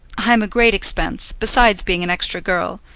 i am a great expense, besides being an extra girl.